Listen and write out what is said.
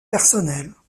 personnels